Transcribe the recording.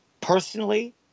personally